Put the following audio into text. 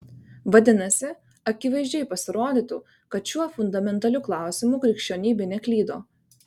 vadinasi akivaizdžiai pasirodytų kad šiuo fundamentaliu klausimu krikščionybė neklydo